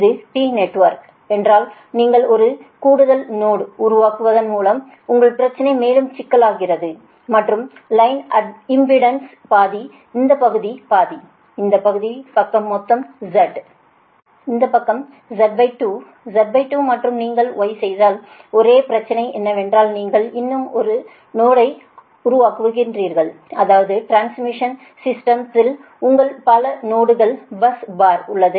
இது T network என்றால் நீங்கள் ஒரு கூடுதல்நோடு உருவாக்குவதன் மூலம் உங்கள் பிரச்சனை மேலும் சிக்கல் ஆகிவிடும் மற்றும் லைன் இம்பெடன்ஸ் பாதி இந்த பகுதி பாதி இந்த பகுதி பக்கம் மொத்த Z இந்த பக்கம் Z2 Z2 மற்றும் நீங்கள் Y செய்தால் ஒரே பிரச்சனை என்னவென்றால் நீங்கள் இன்னும் ஒரு நோடை உருவாக்குகிறீர்கள் அதாவது டிரான்ஸ் பவர் சிஸ்டத்தில் உங்கள் பலநோடுகள் பஸ் பார் உள்ளது